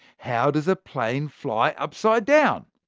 how does a plane fly upside down?